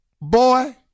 Boy